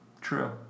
True